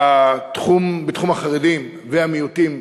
בתחום החרדים והמיעוטים,